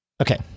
Okay